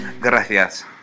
Gracias